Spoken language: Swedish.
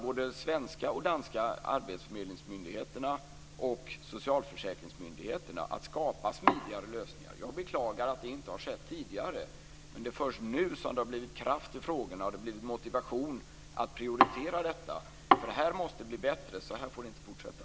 Både svenska och danska arbetsförmedlingsmyndigheter och socialförsäkringsmyndigheter jobbar nu med att skapa smidigare lösningar. Jag beklagar att det inte har skett tidigare, men det är först nu som det har blivit kraft i frågorna och man har fått motivation att prioritera detta. Detta måste bli bättre. Så här får det inte fortsätta.